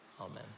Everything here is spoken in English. Amen